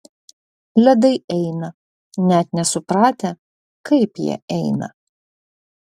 ledai eina net nesupratę kaip jie eina